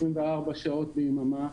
24 שעות ביממה.